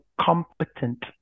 competent